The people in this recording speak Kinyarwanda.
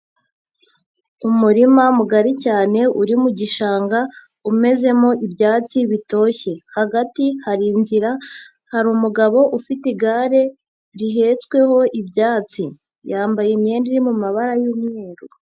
Umurima mugari cyane uri mu gishanga umezemo ibyatsi bitoshye, hagati hari inzira hari umugabo ufite igare rihetsweho ibyatsi, yambaye imyenda iri mu mabara y'umweru.